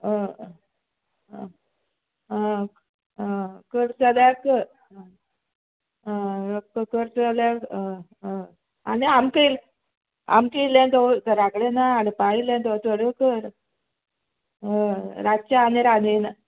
अ अ अ करता जाल्या कर करता जाल्या कर हय हय आनी आमकां इल्लें आमकां इल्लें दवर घरा कडेन हाडपा इल्लें दवर चड कर हय रातचें आनी रांदिना